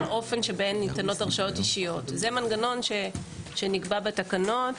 מנגנון שנקבע בתקנות,